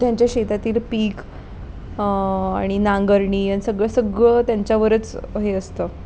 त्यांच्या शेतातील पीक आणि नांगरणी आणि सगळं सगळं त्यांच्यावरच हे असतं